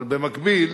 אבל במקביל